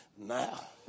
now